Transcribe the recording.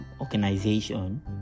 organization